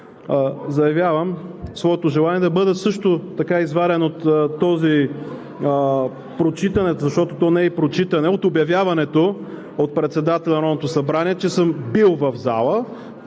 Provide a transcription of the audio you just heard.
заявявам също своето желание да бъда изваден от прочитането, защото то не е и прочитане, а от обявяването от председателя на Народното събрание, че съм бил в залата.